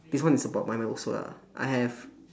this one is about my mine also ah I have